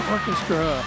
Orchestra